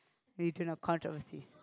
we do not come oh sea